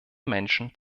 menschen